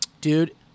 Dude